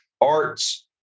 arts